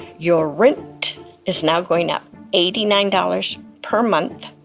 your rent is now going up eighty nine dollars per month,